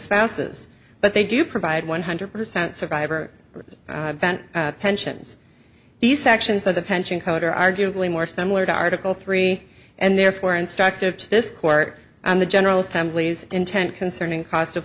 spouses but they do provide one hundred percent survivor pensions these sections of the pension code are arguably more similar to article three and therefore instructive to this court and the general's time glee's intent concerning cost of